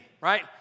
right